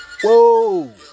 whoa